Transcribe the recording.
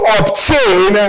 obtain